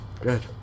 Good